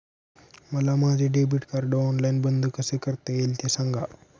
मला माझे debit card online बंद कसे करता येईल, ते सांगा